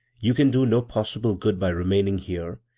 you can do no possible good by remaining here,